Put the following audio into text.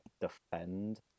defend